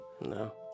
No